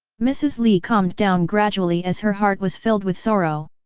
mrs. li calmed down gradually as her heart was filled with sorrow.